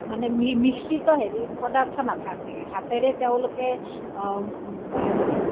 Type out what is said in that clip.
মানে মিশ্ৰিত হেৰি পদাৰ্থ নাথাকে হাতেৰে তেওঁলোকে মানে